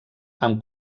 amb